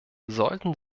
sollten